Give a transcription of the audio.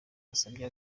asabye